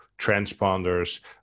transponders